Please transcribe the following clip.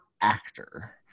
actor